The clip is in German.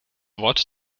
wort